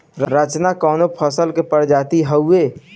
रचना कवने फसल के प्रजाति हयुए?